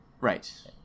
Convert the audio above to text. Right